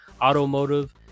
automotive